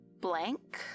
blank